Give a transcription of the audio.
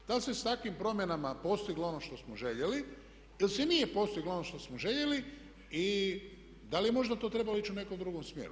Da li se s takvim promjenama postiglo ono što smo željeli ili se nije postiglo ono što smo željeli i da li je možda to trebalo ići u nekom drugom smjeru?